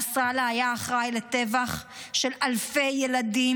נסראללה היה אחראי לטבח של אלפי ילדים,